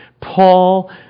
Paul